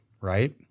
right